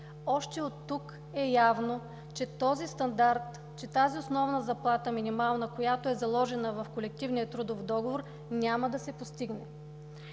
че този стандарт, че тази основна заплата – минимална, която е заложена в колективния трудов договор, няма да се постигне.